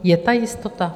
Je ta jistota?